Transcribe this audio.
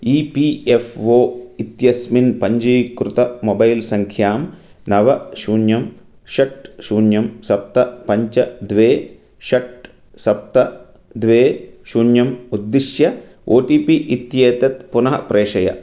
E P F O इत्यस्मिन् पञ्चीकृतां mobile सङ्ख्यां नव शून्यं षट् शून्यं सप्त पञ्च द्वे षट् सप्त द्वे शून्यम् उद्दिश्य ओ टि पि इत्येतत् पुनः प्रेषय